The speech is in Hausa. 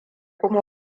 kuma